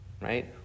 right